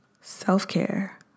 self-care